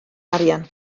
arian